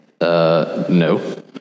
no